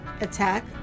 Attack